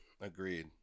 Agreed